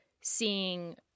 seeing